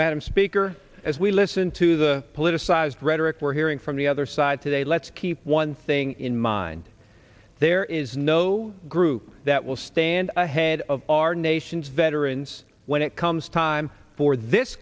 madam speaker as we listen to the politicized rhetoric we're hearing from the other side today let's keep one thing in mind there is no group that will stand ahead of our nation's veterans when it comes time for this